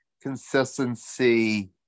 consistency